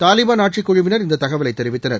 தாலிபாள் ஆட்சிக்குழுவினர் இந்த தகவலை தெரிவித்தனர்